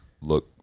look